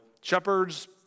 shepherds